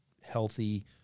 healthy